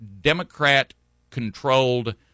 Democrat-controlled